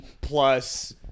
plus